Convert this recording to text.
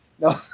No